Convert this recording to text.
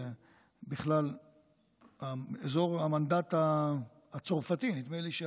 בכלל אזור המנדט הצרפתי נדמה לי,